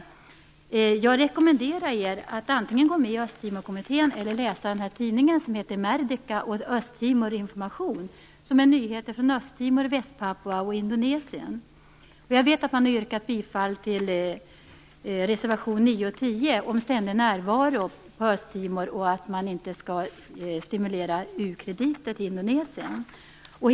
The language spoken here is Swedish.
Jag rekommenderar er att antingen gå med i Östtimorkommittén eller läsa en tidning som heter Merdeka & Östtimorinformation, som innehåller nyheter från Östtimor, Västpapua och Indonesien. Jag vet att man har yrkat bifall till reservationerna 9 och 10 om ständig närvaro i Östtimor och om att man inte skall ge u-krediter till Indonesien.